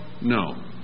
No